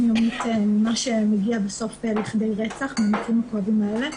יומית ממה שמגיע בסוף לכדי רצח במקרים הכואבים האלה,